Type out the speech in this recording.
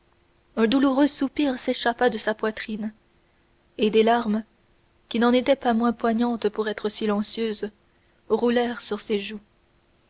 un douloureux soupir s'échappa de sa poitrine et des larmes qui n'en étaient pas moins poignantes pour être silencieuses roulèrent sur ses joues